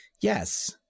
Yes